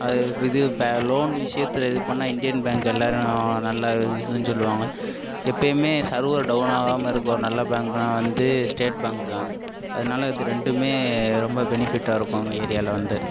அது இது இப்போ லோன் விஷியத்தை இது பண்ணா இண்டியன் பேங்க் எல்லாரும் நல்ல சொல்லுவாங்க எப்பயுமே சர்வர் டவுனாகாம இருக்கும் ஒரு நல்ல பேங்குன்னா வந்து ஸ்டேட் பேங்குதான் அதனால இது ரெண்டுமே ரொம்ப பெனிஃபிட்டாக இருக்கும் எங்கள் ஏரியாவில வந்து